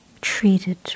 treated